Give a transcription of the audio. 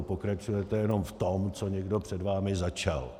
Pokračujete jenom v tom, co někdo před vámi začal.